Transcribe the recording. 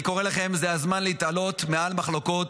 אני קורא לכם: זה הזמן להתעלות מעל מחלוקות,